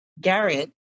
Garrett